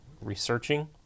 researching